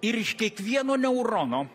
ir iš kiekvieno neurono